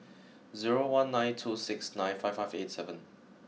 zero one nine two six nine five five eight seven